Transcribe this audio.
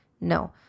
no